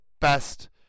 best